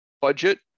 budget